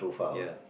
ya